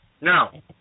Now